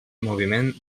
moviment